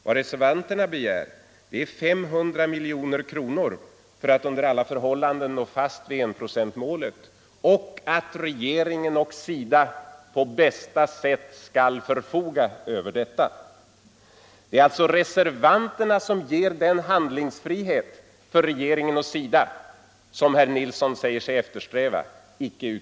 Vad reservanterna begär är 500 miljoner kronor för att under alla förhållanden hålla fast vid enprocentsmålet samt att regeringen och SIDA på bästa sätt skall förfoga över detta belopp. Det är alltså reservanterna — icke utskottsmajoriteten — som ger den handlingsfrihet för regeringen och SIDA som herr Nilsson säger sig eftersträva.